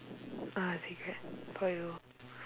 ah cigarette for you